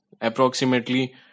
Approximately